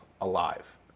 alive